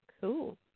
cool